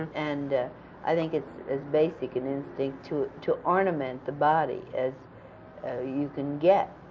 and i think it's as basic an instinct to to ornament the body as you can get,